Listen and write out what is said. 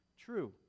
True